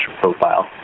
profile